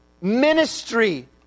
ministry